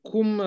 Cum